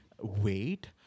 wait